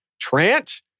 Trant